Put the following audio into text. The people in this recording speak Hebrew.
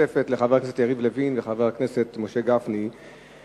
משותפת לחבר הכנסת יריב לוין וחבר הכנסת משה גפני ולי,